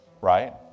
Right